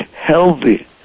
healthy